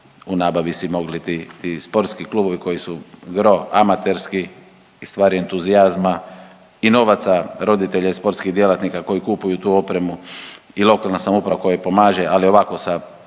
u nabavi si mogli ti sportski klubovi koji su gro amaterski i stvar je entuzijazma i novaca roditelja i sportskih djelatnika koji kupuju tu opremu i lokalna samouprava koja pomaže, ali ovako sa